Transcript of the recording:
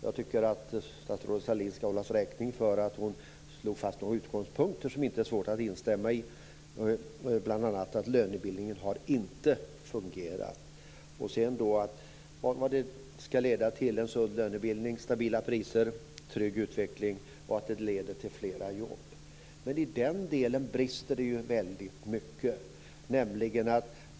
Jag tycker att statsrådet Sahlin ska hållas räkning för att hon slog fast de utgångspunkter som det inte är svårt att instämma i, bl.a. att lönebildningen inte har fungerat, vad det leder till om det är en sund lönebildning, t.ex. stabila priser, trygg utveckling och flera jobb. I den delen brister det ju väldigt mycket.